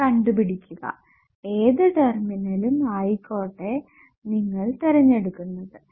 power കണ്ടുപിടിക്കുക ഏത് ടെർമിനലും ആയിക്കോട്ടെ നിങ്ങൾ തിരഞ്ഞെടുക്കുന്നത്